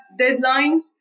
deadlines